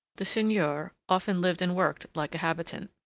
the seigneur often lived and worked like a habitant